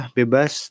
bebas